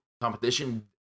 competition